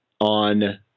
on